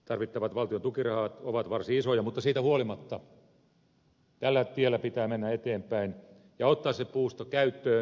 tarvittavat valtion tukirahat ovat varsin isoja mutta siitä huolimatta tällä tiellä pitää mennä eteenpäin ja ottaa se puusto käyttöön